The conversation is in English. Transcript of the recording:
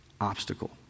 obstacle